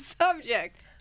subject